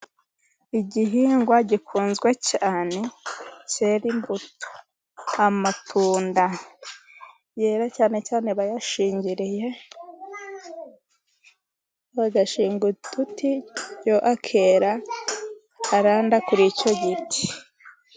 Igihingwa gikunzwe cyane cyera imbuto. Amatunda yera cyane cyane bayashingiriye, bagashinga uduti yo akera aranda kuri icyo giti.